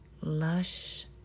lush